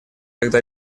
когда